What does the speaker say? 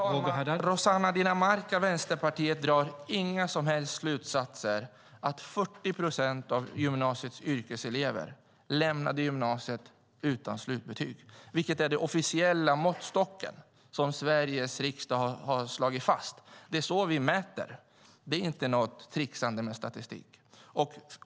Herr talman! Rossana Dinamarca, Vänsterpartiet, drar inga som helst slutsatser av att 40 procent av gymnasiets yrkeselever lämnade gymnasiet utan slutbetyg, vilket är den officiella måttstocken, som Sveriges riksdag har slagit fast. Det är så vi mäter. Det är inte något tricksande med statistik.